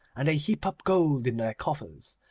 and they heap up gold in their coffers,